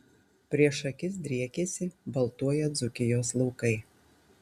prieš akis driekėsi baltuoją dzūkijos laukai